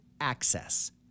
Access